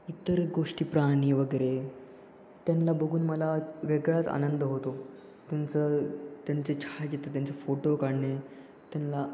इतर गोष्टी प्राणी वगैरे त्यांना बघून मला वेगळाच आनंद होतो त्यांचं त्यांचे छायाचित्र त्यांचे फोटो काढणे त्यांना